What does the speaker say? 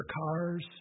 cars